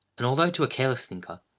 and although, to careless thinker,